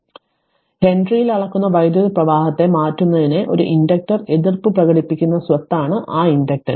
അതിനാൽ ഹെൻറിയിൽ അളക്കുന്ന വൈദ്യുത പ്രവാഹത്തെ മാറ്റുന്നതിനെ ഒരു ഇൻഡക്റ്റർ എതിർപ്പ് പ്രകടിപ്പിക്കുന്ന സ്വത്താണ് ആ ഇൻഡക്റ്റൻസ്